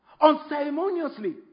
unceremoniously